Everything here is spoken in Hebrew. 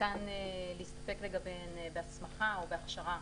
וניתן להסתפק לגביהן בהסמכה או בהכשרה,